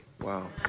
Wow